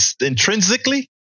intrinsically